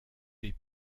des